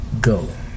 go